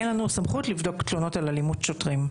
אין לנו סמכות לבדוק תלונות על אלימות שוטרים.